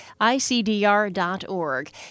ICDR.org